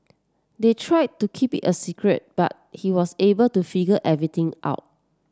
they tried to keep it a secret but he was able to figure everything out